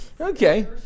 Okay